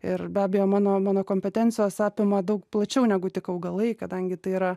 ir be abejo mano mano kompetencijos apima daug plačiau negu tik augalai kadangi tai yra